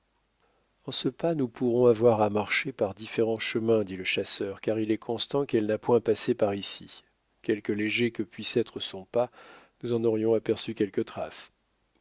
en ce pas nous pourrons avoir à marcher par différents chemins dit le chasseur car il est constant qu'elle n'a point passé par ici quelque léger que puisse être son pas nous en aurions aperçu quelques traces